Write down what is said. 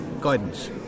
guidance